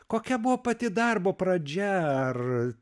kokia buvo pati darbo pradžia ar